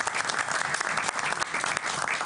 (מחיאות כפיים)